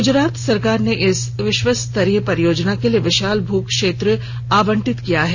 गुजरात सरकार ने इस विश्वस्तरीय परियोजना के लिए विशाल भू क्षेत्र आवंटित किया है